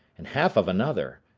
and half of another,